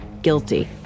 guilty